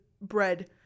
bread